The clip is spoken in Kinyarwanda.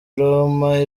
roma